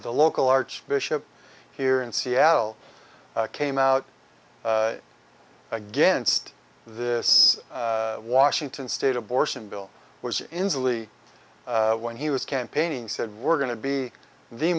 the local archbishop here in seattle came out against this washington state abortion bill was instantly when he was campaigning said we're going to be the